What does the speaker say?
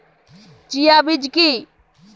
Chia বীজ কী?